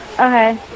Okay